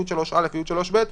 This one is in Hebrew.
י3א ו-י3ב,